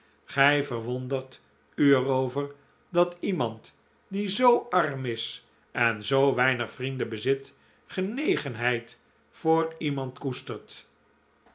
gij verwondert u er over dat iemand die zoo arm is en zoo weinig vrienden bezit genegenheid voor iemand koestert